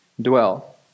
dwell